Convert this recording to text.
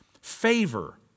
Favor